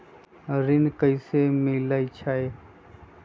ऋण कईसे मिलल ले?